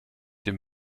dem